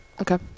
Okay